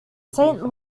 saint